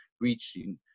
reaching